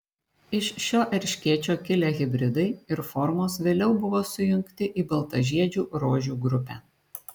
iš šio erškėčio kilę hibridai ir formos vėliau buvo sujungti į baltažiedžių rožių grupę